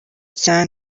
cyane